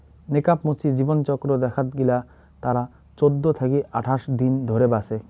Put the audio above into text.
নেকাব মুচি জীবনচক্র দেখাত গিলা তারা চৌদ্দ থাকি আঠাশ দিন ধরে বাঁচে